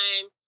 time